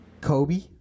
Kobe